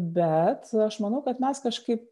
bet aš manau kad mes kažkaip